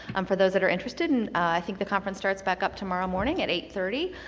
um for those that are interested, and i think the conference starts back up tomorrow morning at eight thirty.